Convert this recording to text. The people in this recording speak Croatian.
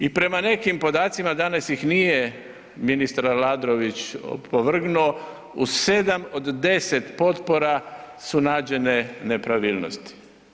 I prema nekim podacima, danas ih nije ministar Aladrović opovrgnuo, u 7 od 10 potpora su nađene nepravilnosti.